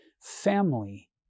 family